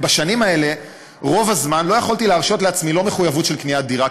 בשנים האלה רוב הזמן לא יכולתי להרשות לעצמי מחויבות של קניית דירה,